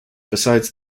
besides